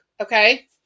Okay